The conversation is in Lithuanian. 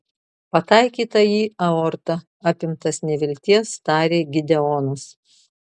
pataikyta į aortą apimtas nevilties tarė gideonas